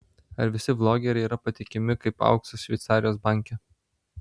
ar visi vlogeriai yra patikimi kaip auksas šveicarijos banke